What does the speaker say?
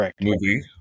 movie